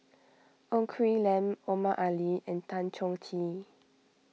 Ng Quee Lam Omar Ali and Tan Chong Tee